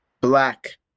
black